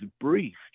briefed